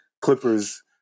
Clippers